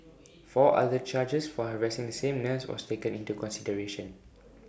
four other charges for harassing the same nurse was taken into consideration